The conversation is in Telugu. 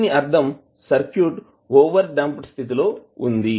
దీని అర్ధం సర్క్యూట్ ఓవర్ డాంప్డ్ స్థితి లో వుంది